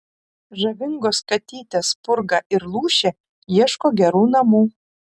žavingos katytės spurga ir lūšė ieško gerų namų